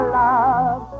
love